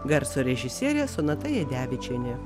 garso režisierė sonata jadevičienė